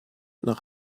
nach